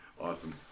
awesome